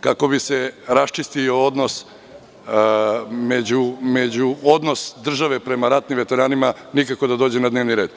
kako bi se raščistio odnos države prema ratnim veteranima, nikako da dođe na dnevni red.